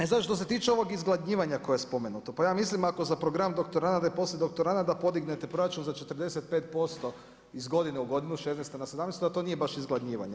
E sada ovo što se tiče ovog izgladnjivanja koje je spomenuto, pa ja mislim ako za program doktoranata i poslije doktoranata podignete proračun za 45% iz godine u godinu 16. na 17. da to nije baš izgladnjivanje.